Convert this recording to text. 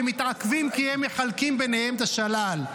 הם מתעכבים כי הם מחלקים ביניהם את השלל.